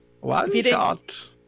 One-shot